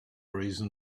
reason